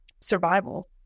survival